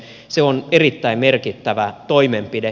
se on erittäin merkittävä toimenpide